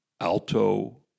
alto